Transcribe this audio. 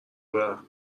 برم